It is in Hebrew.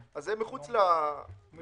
זה מחוץ להצעה.